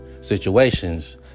situations